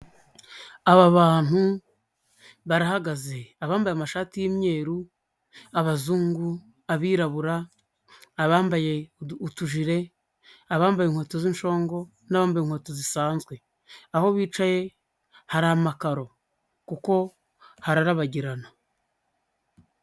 Aba bantu barahagaze, abambaye amashati y'imyeru, abazungu, abirabura, abambaye utujire, abambaye inkweto z'inshongo n'abambaye inkweto zisanzwe, aho bicaye hari amakaro kuko hararabagirana.